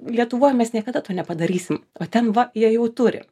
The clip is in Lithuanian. lietuvoj mes niekada to nepadarysim o ten va jie jau turi